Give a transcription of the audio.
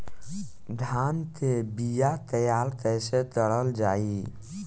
धान के बीया तैयार कैसे करल जाई?